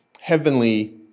heavenly